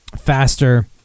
faster